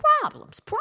problems